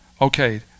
Okay